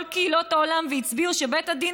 לא ישבו כל קהילות העולם והצביעו שבית הדין